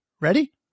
ready